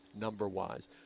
number-wise